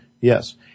Yes